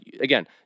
again